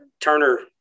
Turner